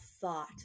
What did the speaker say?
thought